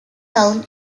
town